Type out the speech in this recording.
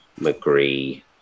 McGree